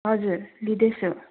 हजुर लिँदैछु